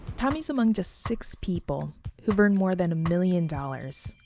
tommy's among just six people who've earned more than a million dollars.